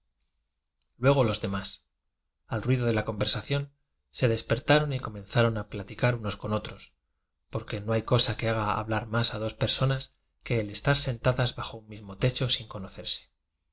luego los demás al ruido de la conver sación se despertaron y comenzaron a pla ticar unos con otros porque no hay cosa que haga hablar más a dos personas que el estar sentadas bajo un mismo techo sin conocerse